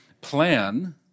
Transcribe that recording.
plan